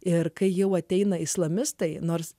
ir kai jau ateina islamistai nors